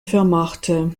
vermachte